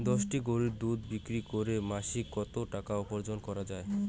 দশটি গরুর দুধ বিক্রি করে মাসিক কত টাকা উপার্জন করা য়ায়?